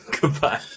goodbye